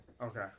Okay